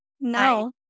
no